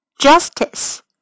Justice